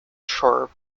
shore